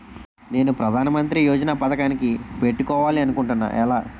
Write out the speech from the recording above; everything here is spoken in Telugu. నేను ప్రధానమంత్రి యోజన పథకానికి పెట్టుకోవాలి అనుకుంటున్నా ఎలా?